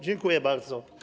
Dziękuję bardzo.